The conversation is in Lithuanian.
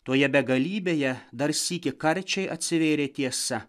toje begalybėje dar sykį karčiai atsivėrė tiesa